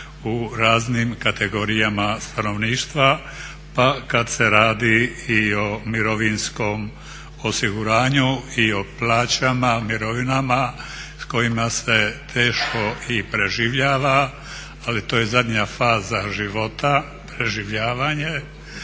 u raznim kategorijama stanovništva pa kad se radi i o mirovinskom osiguranju i o plaćama, mirovinama s kojima se teško i preživljava. Ali, to je zadnja faza života, preživljavanje,